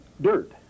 dirt